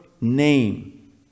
name